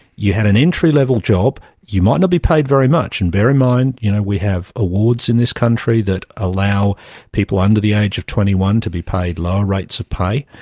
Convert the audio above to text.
you had an entry-level job, you might not be paid very much, and bear in mind you know we have awards in this country that allow people under the age of twenty one to be paid lower rates of pay,